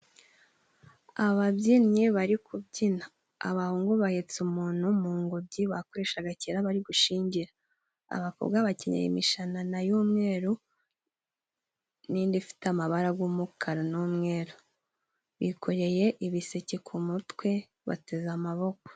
Ababyinnyi bari kubyina . Abahungu bahetse umuntu mu ngobyi bakoreshaga kera bari gushingira. Abakobwa bakeneye imishanana y'umweru n'indi ifite amabara y'umukara n'umweru. Bikoreye ibiseke ku mutwe bateze amaboko.